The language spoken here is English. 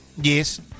Yes